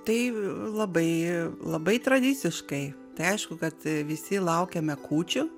tai labai labai tradiciškai aišku kad visi laukiame kūčių